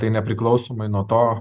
tai nepriklausomai nuo to